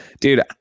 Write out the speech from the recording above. dude